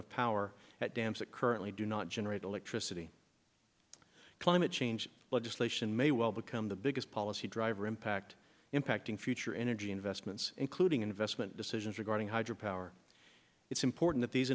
of power at dams that currently do not generate electricity climate change legislation may well become the biggest policy driver impact impacting future energy investments including investment decisions regarding hydro power it's important th